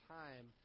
time